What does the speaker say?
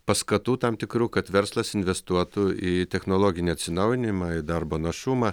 paskatų tam tikrų kad verslas investuotų į technologinį atsinaujinimą į darbo našumą